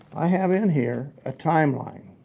i have in here a timeline.